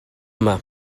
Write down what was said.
yma